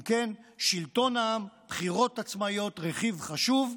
אם כן, שלטון העם, בחירות עצמאיות, רכיב חשוב.